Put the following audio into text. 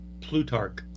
Plutarch